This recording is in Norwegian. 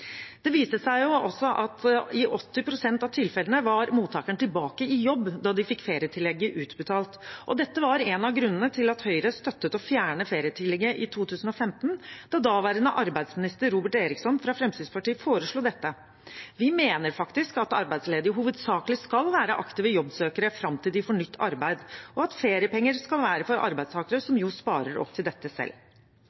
Det viste seg også at i 80 pst. av tilfellene var mottakeren tilbake i jobb da de fikk ferietillegget utbetalt. Dette var en grunnene til at Høyre støttet å fjerne ferietillegget i 2015, da daværende arbeidsminister Robert Eriksson fra Fremskrittspartiet foreslo dette. Vi mener faktisk at arbeidsledige hovedsakelig skal være aktive jobbsøkere fram til de får nytt arbeid, og at feriepenger skal være for arbeidstakere som